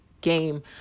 game